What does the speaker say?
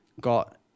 got